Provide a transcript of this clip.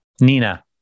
Nina